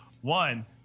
one